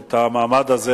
המעמד הזה,